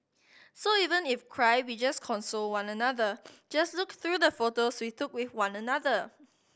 so even if cry we just console one another just look through the photos we took with one another